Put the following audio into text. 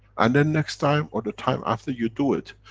and then next time, or the time after, you do it,